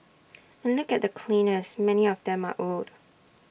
and look at the cleaners many of them are old